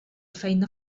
feina